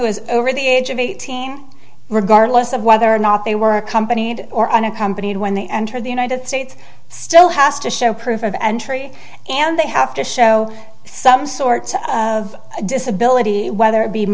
who is over the age of eighteen regardless of whether or not they were accompanied or unaccompanied when they enter the united states still has to show proof of entry and they have to show some sort of disability whether it be